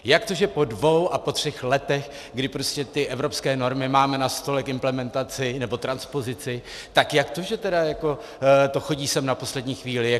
Jak to, že po dvou a po třech letech, kdy prostě ty evropské normy máme na stole k implementaci nebo transpozici, tak jak to, že tedy jako to chodí sem na poslední chvíli?